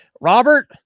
Robert